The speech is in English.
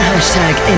Hashtag